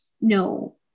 no